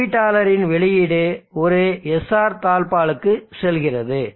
ஒப்பீட்டாளரின் வெளியீடு ஒரு SR தாழ்ப்பாளுக்கு செல்கிறது